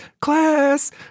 class